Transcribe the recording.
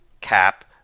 cap